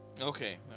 Okay